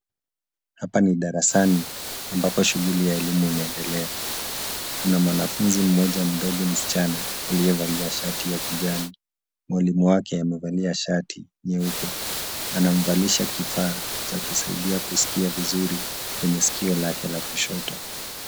Hapa ni darasani ambapo shughuli ya elimu inaendelea. Kuna mwanafunzi mmoja aliyevalia shati ya kijani. Mwalimu wake amevalia shati nyeupe . Anamvalisha kifaa cha kumsaidia kuskia vizuri kwenye sikio lake la kushoto.